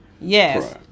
Yes